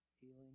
healing